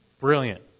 brilliant